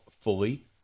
fully